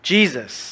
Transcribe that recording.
Jesus